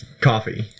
coffee